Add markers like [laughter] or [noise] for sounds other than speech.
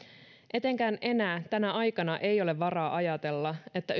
etenkään enää tänä aikana ei ole varaa ajatella että [unintelligible]